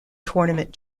tournament